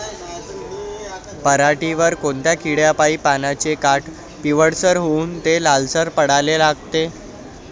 पऱ्हाटीवर कोनत्या किड्यापाई पानाचे काठं पिवळसर होऊन ते लालसर पडाले लागते?